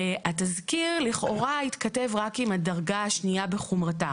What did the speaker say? התזכיר לכאורה התכתב רק עם הדרגה השנייה בחומרתה,